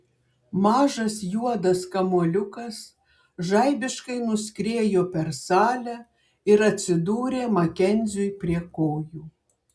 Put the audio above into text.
mažas juodas kamuoliukas žaibiškai nuskriejo per salę ir atsidūrė makenziui prie kojų